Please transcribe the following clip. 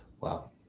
Wow